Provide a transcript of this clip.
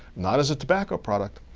not as a tobacco product,